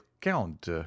Count